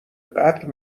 قتل